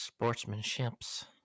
sportsmanships